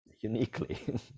uniquely